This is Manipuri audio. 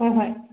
ꯍꯣ ꯍꯣꯏ